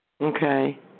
Okay